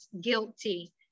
guilty